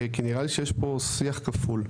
כי נראה לי שיש פה שיח כפול.